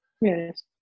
Yes